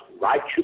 righteous